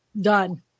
done